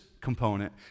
component